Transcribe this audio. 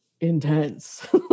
intense